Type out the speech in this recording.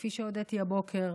כפי שהודיתי הבוקר,